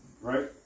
right